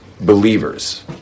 believers